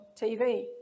TV